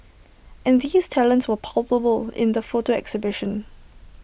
and these talents were palpable in the photo exhibition